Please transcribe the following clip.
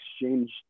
exchange